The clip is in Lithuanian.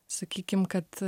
sakykim kad